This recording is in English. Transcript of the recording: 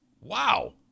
Wow